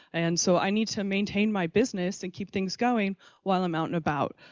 and so i need to maintain my business and keep things going while i'm out and about.